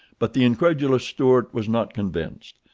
but the incredulous stuart was not convinced,